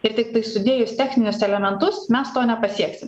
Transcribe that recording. ir tiktai sudėjus techninius elementus mes to nepasieksim